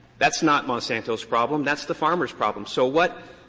that's not monsanto's problem that's the farmer's problem. so what